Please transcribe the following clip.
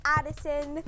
Addison